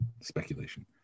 speculation